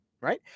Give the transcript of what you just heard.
Right